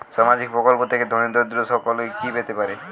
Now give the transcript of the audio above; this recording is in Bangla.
সামাজিক প্রকল্প থেকে ধনী দরিদ্র সকলে কি পেতে পারে?